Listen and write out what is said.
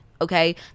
okay